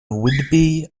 whidbey